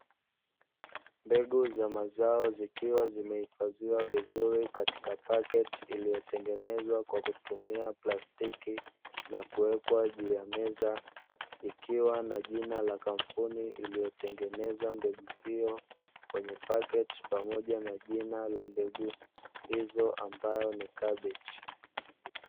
Mbegu za mazao zikiwa zimehifadhiwa vizuri katika paketi iliyotengenezwa kwa kutumia plastiki na kuekwa juu ya meza ikiwa na jina la kampuni iliyotengeneza mbegu hiyo kwenye paketi pamoja na jina la mbegu hizo ambayo ni kabichi.